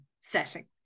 setting